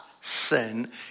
sin